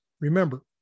Remember